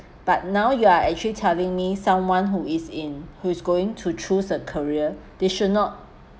but now you are actually telling me someone who is in who's going to choose a career they should not